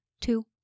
Two